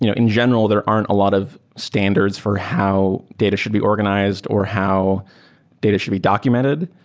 you know in general, there aren't a lot of standards for how data should be organized or how data should be documented,